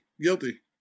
Guilty